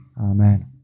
Amen